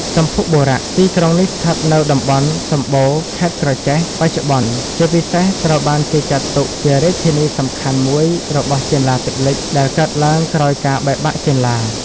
សម្ភុបុរៈ ទីក្រុងនេះស្ថិតនៅតំបន់ សម្បូរ ខេត្តក្រចេះ បច្ចុប្បន្ន ជាពិសេសត្រូវបានគេចាត់ទុកជារាជធានីសំខាន់មួយរបស់ ចេនឡាទឹកលិច ដែលកើតឡើងក្រោយការបែកបាក់ចេនឡា។